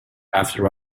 after